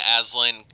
Aslan